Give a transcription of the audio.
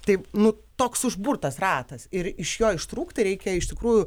taip nu toks užburtas ratas ir iš jo ištrūkti reikia iš tikrųjų